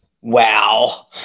Wow